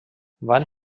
van